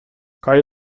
kaj